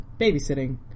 babysitting